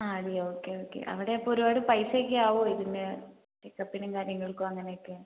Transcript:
ആ അറിയാം okay okay അവിടെ അപ്പൊ ഒരുപാട് പൈസയൊക്കെ ആവുവോ ഇതിന് ചെക്കപ്പിനും കാര്യങ്ങൾക്കും അങ്ങനെയൊക്കെ